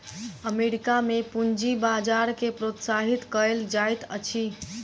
America में पूंजी बजार के प्रोत्साहित कयल जाइत अछि